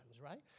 Right